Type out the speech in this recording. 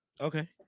Okay